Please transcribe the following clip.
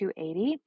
$280